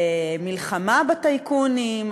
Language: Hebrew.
למלחמה בטייקונים,